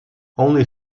only